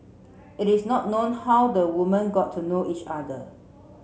it is not known how the woman got to know each other